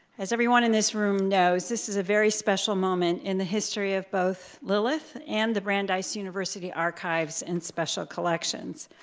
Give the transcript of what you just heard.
as everyone in this room knows, this is a very special moment in the history of both lilith and the brandeis university archives and special collections.